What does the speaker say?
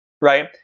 right